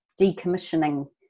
decommissioning